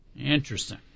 Interesting